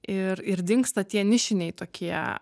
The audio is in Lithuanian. ir ir dingsta tie nišiniai tokie